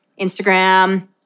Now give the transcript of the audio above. Instagram